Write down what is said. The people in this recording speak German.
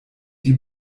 die